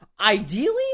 Ideally